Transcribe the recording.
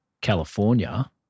California